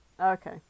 Okay